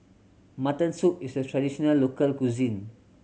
mutton soup is a traditional local cuisine